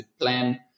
plan